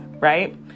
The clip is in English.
right